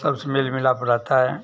सबसे मेल मिलाप रहता है